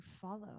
follow